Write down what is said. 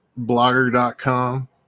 blogger.com